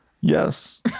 Yes